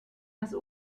das